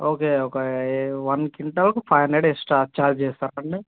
okay ఒకా ఏం one క్వింటాల్కు ఫైవ్ హండ్రెడ్ ఎక్స్ట్రా ఛార్జ్ చేస్తారండీ